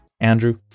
Andrew